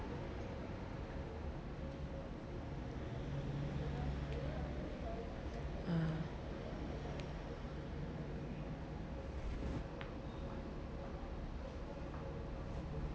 mm